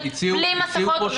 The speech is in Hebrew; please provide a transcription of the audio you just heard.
בלי מסכות.